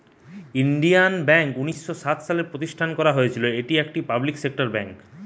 Indian bank উনিশ শ সাত সালে প্রতিষ্ঠান করা হয়েছিল, এটি একটি পাবলিক সেক্টর বেঙ্ক